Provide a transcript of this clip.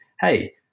hey